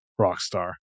Rockstar